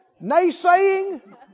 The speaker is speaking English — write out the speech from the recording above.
naysaying